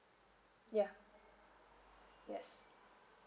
ya yes